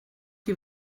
die